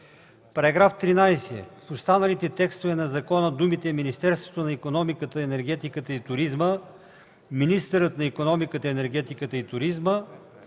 § 13: „§ 13. В останалите текстове на закона думите „Министерството на икономиката, енергетиката и туризма”, „министърът на икономиката, енергетиката и туризма”